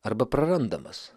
arba prarandamas